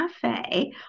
Cafe